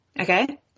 Okay